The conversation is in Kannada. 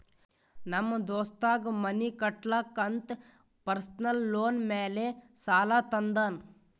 ನಮ್ ದೋಸ್ತಗ್ ಮನಿ ಕಟ್ಟಲಾಕ್ ಅಂತ್ ಪರ್ಸನಲ್ ಲೋನ್ ಮ್ಯಾಲೆ ಸಾಲಾ ತಂದಾನ್